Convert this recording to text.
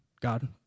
God